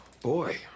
Boy